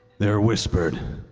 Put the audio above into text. they're whispered,